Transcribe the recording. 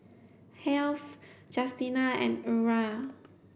Heath Justina and Eura